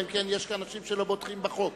אלא אם כן יש כאן אנשים שלא בוטחים בחוק.